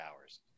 hours